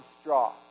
straw